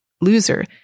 loser